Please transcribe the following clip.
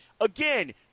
Again